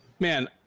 Man